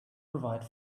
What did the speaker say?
provide